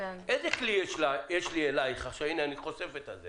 איזה כלי יש לי אלייך הנה אני חושף את זה